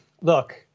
look